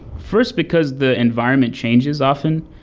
first, because the environment changes often.